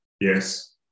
yes